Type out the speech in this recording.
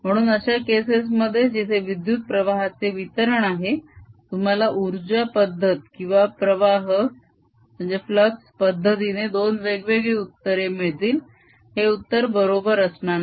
म्हणून अशा केसेस मध्ये जिथे विद्युत प्रवाहाचे वितरण आहे तुम्हाला उर्जा पद्धत किंवा प्रवाह पद्धतीने दोन वेगवेगळी उत्तरे मिळतील हे उत्तर बरोबर असणार नाही